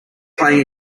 playing